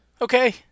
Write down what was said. okay